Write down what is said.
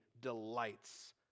delights